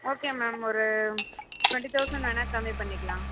okay ma'am ஒரு twenty thousand வேணால் கம்மி பண்ணிக்கலாம்